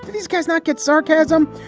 these guys not get sarcasm.